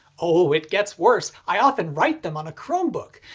oh it gets worse i often write them on a chromebook!